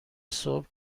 صبح